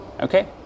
Okay